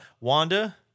Wanda